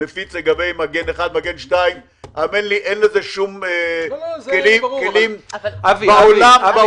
מפיץ לגבי מגן 1 ומגן 2. בעולם,